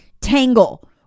tangle